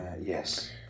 Yes